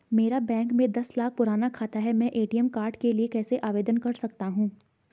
मेरा बैंक में दस साल पुराना खाता है मैं ए.टी.एम कार्ड के लिए कैसे आवेदन कर सकता हूँ?